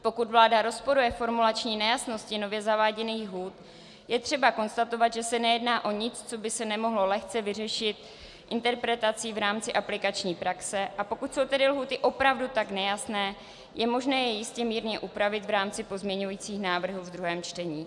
Pokud vláda rozporuje formulační nejasnosti nově zaváděných lhůt, je třeba konstatovat, že se nejedná o nic, co by se nemohlo lehce vyřešit interpretací v rámci aplikační praxe, a pokud jsou tedy lhůty opravdu tak nejasné, je možné je jistě mírně upravit v rámci pozměňovacích návrhů v druhém čtení.